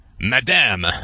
Madame